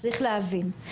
צריך להבין,